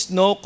no